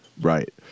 Right